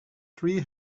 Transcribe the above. three